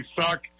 suck